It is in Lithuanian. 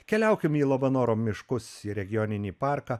keliaukim į labanoro miškus į regioninį parką